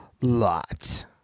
Lot